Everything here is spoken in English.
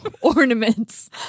ornaments